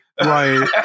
right